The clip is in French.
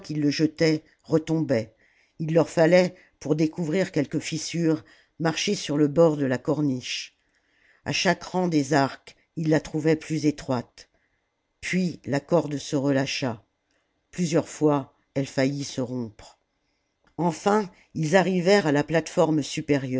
le jetaient retombait il leur fallait pour découvrir quelque fissure marcher sur le bord de la corniche à chaque rang des arcs ils la trouvaient plus étroite salammbô puis la corde se relâcha plusieurs fois elle faillit se rompre enfin ils arrivèrent à la plate-forme